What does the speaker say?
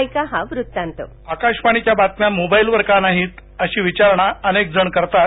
ऐका हा वृत्तांत व्हॉइस कास्ट आकाशवाणीच्या बातम्या मोबाईलवर का नाहीत अशी विचारणा अनेकजण करतात